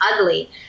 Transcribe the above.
ugly